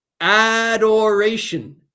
Adoration